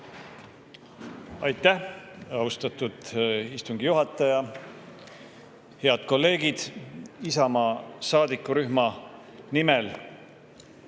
Aitäh, austatud istungi juhataja! Head kolleegid! Isamaa saadikurühma nimel